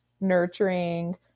nurturing